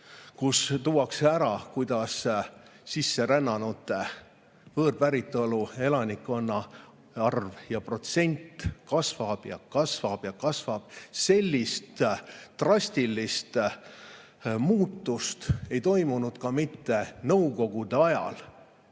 kus tuuakse ära, kuidas sisserännanute, võõrpäritolu elanikkonna arv ja protsent kasvab ja kasvab ja kasvab. Sellist drastilist muutust ei toimunud isegi mitte nõukogude ajal,